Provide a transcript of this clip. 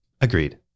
Agreed